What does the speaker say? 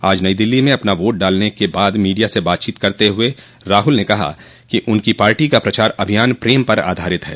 आज नई दिल्ली में अपना वोट डालने के बाद मीडिया से बातचीत करते हुए राहुल ने कहा कि उनकी पार्टी का प्रचार अभियान प्रेम पर आधारित है